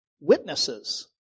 witnesses